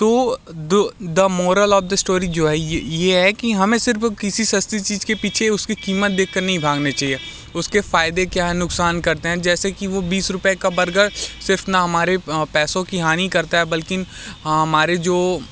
तो the the moral of the story जो है ये ये है कि हमें सिर्फ़ किसी सस्ती चीज़ के पीछे उसकी कीमत देख कर नहीं भागना चाहिए उसके फ़ायदे क्या है नुक़सान करते हैं जैसे कि वो बीस रूपये का बर्गर सिर्फ़ ना हमारे पैसो की हानि करता है बल्कि हमारे जो